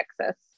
Texas